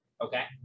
Okay